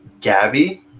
Gabby